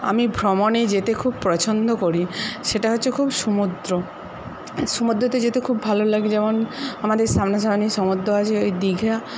আমি ভ্রমণে যেতে খুব পছন্দ করি সেটা হচ্ছে খুব সমুদ্র সমুদ্রে যেতে খুব ভালো লাগে যেমন আমাদের সামনা সামনি সমুদ্র আছে ওই দীঘা